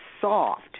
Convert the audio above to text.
soft